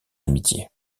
amitié